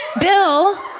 Bill